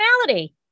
personality